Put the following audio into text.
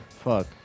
Fuck